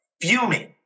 fuming